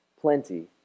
plenty